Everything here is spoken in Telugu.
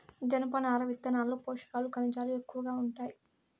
జనపనార విత్తనాల్లో పోషకాలు, ఖనిజాలు ఎక్కువగా ఉంటాయి